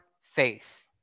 faith